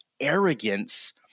arrogance